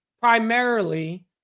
primarily